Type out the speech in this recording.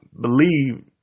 believe